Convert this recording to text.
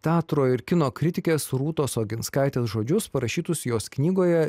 teatro ir kino kritikės rūtos oginskaitės žodžius parašytus jos knygoje